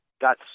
got